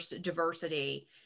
diversity